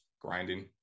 grinding